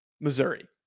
Missouri